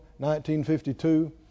1952